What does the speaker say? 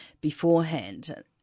beforehand